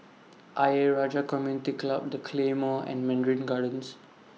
Ayer Rajah Community Club The Claymore and Mandarin Gardens